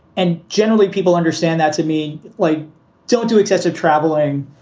and generally people understand that to me, like don't do excessive traveling.